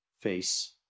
face